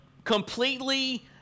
completely